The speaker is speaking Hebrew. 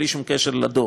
בלי שום קשר לדוח.